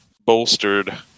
bolstered